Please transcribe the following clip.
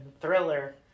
Thriller